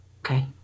Okay